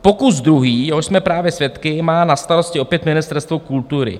Pokus druhý, jehož jsme právě svědky, má na starosti opět Ministerstvo kultury.